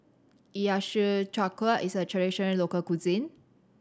Hiyashi Chuka is a traditional local cuisine